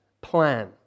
Plan